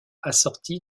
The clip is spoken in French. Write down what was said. assorti